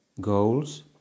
goals